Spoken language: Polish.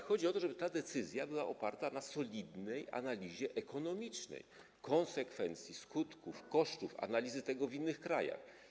Chodzi też o to, żeby ta decyzja była oparta na solidnej analizie ekonomicznej konsekwencji, skutków, kosztów, analizie tego w innych krajach.